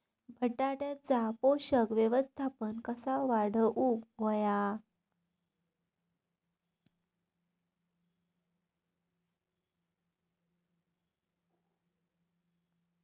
बटाट्याचा पोषक व्यवस्थापन कसा वाढवुक होया?